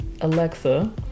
Alexa